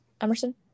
emerson